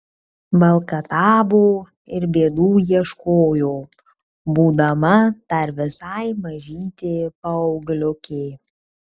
valkatavo ir bėdų ieškojo būdama dar visai mažytė paaugliukė